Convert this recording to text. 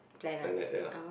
planet ya